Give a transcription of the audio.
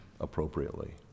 appropriately